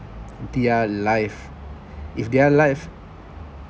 their live if their live